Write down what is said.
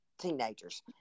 teenagers